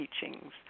teachings